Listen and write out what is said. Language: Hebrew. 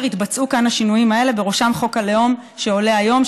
יתבצעו כאן השינויים האלה ובראשם חוק הלאום שעולה היום,